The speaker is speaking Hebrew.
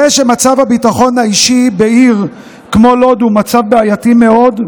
זה שמצב הביטחון האישי בעיר כמו לוד הוא מצב בעייתי מאוד,